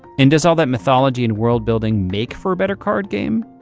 and does all that mythology and world-building make for a better card game?